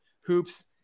hoops